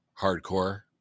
hardcore